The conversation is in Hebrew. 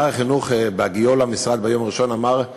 שר החינוך, בהגיעו למשרד ביום הראשון, אמר: